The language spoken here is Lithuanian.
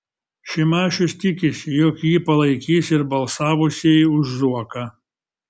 šimašius tikisi jog jį palaikys ir balsavusieji už zuoką